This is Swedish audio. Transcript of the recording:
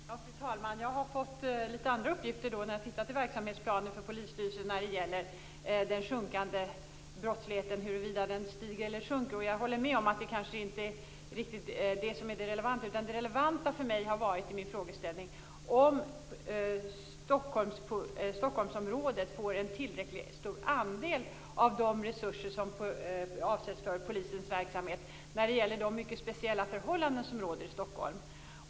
Fru talman! Jag har fått lite andra uppgifter när jag har tittat i verksamhetsplanen för polisstyrelsen när det gäller huruvida brottsligheten stiger eller sjunker. Jag håller med om att det kanske inte är det som är det relevanta. Det relevanta i min frågeställning var om Stockholmsområdet får en tillräckligt stor andel av de resurser som avsätts för polisens verksamhet när det gäller de mycket speciella förhållanden som råder i Stockholm.